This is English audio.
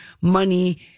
money